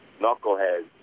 knuckleheads